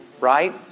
right